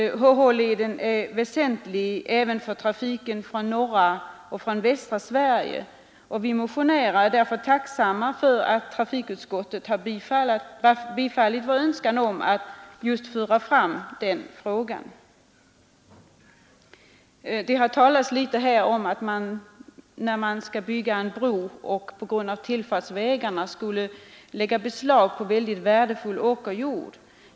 HH-leden är väsentlig även för trafiken från norra och västra Sverige. Vi motionärer är därför tacksamma för att trafikutskottet har tillstyrkt vår önskan om att föra fram just den frågan. Det har talats här om att man för att bygga tillfartsvägarna till bron måste lägga beslag på värdefull åkerjord.